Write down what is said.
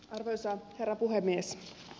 arvoisa herra puhemies